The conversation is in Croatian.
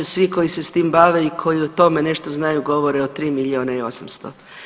Svi koji se s tim bave i koji o tome nešto znaju govore o 3 milijona i 800.